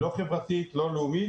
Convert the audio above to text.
לא כבסיס לאומי.